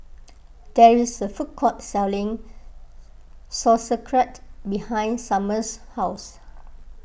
there is a food court selling Sauerkraut behind Summer's house